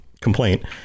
complaint